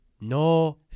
No